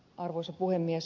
arvoisa puhemies